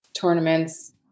tournaments